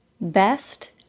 Best